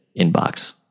inbox